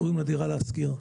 קוראים לה "דירה להשכיר".